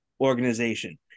organization